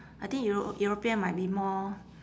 I think euro~ european might be more